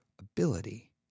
ability